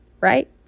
Right